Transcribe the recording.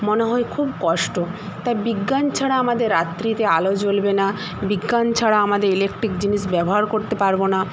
মনে হয় খুব কষ্ট তাই বিজ্ঞান ছাড়া আমাদের রাত্রিতে আলো জ্বলবে না বিজ্ঞান ছাড়া আমাদের ইলেকট্রিক জিনিস ব্যবহার করতে পারবো না